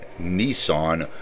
Nissan